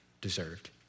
deserved